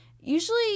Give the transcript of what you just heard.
usually